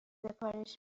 سفارش